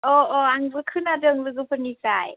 अ अ आंबो खोनादों लोगोफोरनिफ्राय